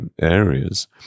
areas